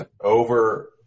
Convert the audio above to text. over